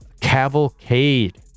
Cavalcade